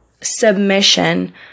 submission